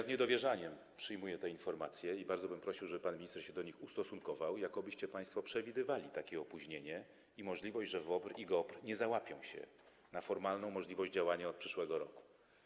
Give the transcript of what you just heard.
Z niedowierzaniem przyjmuję informację - i bardzo bym prosił, żeby pan minister się do niej ustosunkował - jakobyście państwo przewidywali takie opóźnienie i możliwość, że WOPR i GOPR nie załapią się na formalną możliwość działania od przyszłego roku.